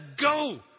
go